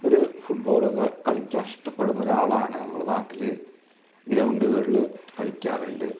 ഒരു ഫുട്ബോൾ ക കളിയ്ക്കുക ഇഷ്ടപ്പെടുന്ന ഒരാളാണ് നമ്മളുടെ നാട്ടിൽ ഗ്രൗണ്ടുകളിൽ കളിക്കാറുണ്ട്